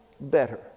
better